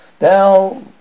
now